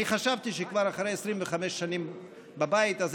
אני חשבתי שכבר אחרי 25 שנים בבית הזה,